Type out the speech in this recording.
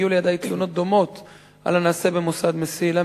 הגיעו לידי תלונות דומות על הנעשה במוסד "מסילה".